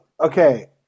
Okay